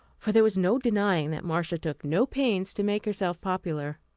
for there was no denying that marcia took no pains to make herself popular.